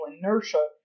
inertia